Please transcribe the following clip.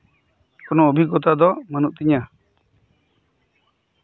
ᱠᱳᱱᱳ ᱚᱵᱷᱤᱜᱚᱛᱟ ᱫᱚ ᱵᱟᱹᱱᱩᱜ ᱛᱤᱧᱟᱹ